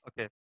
Okay